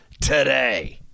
today